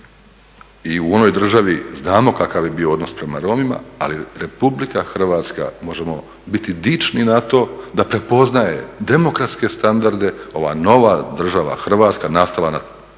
i u onoj državi znamo kakav je bio odnos prema Romima, ali Republika Hrvatska možemo biti dični na to da prepoznaje demokratske standarde ova nova država Hrvatska nastala prije